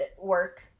work